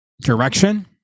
direction